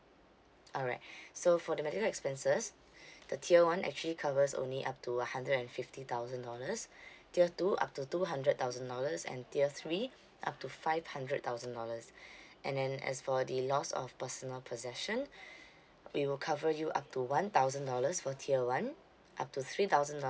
alright so for the medical expenses the tier one actually covers only up to a hundred and fifty thousand dollars tier two up to two hundred thousand dollars and tier three up to five hundred thousand dollars and then as for the loss of personal possession we will cover you up to one thousand dollars for tier one up to three thousand